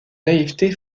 naïveté